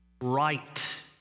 right